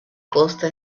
costa